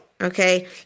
okay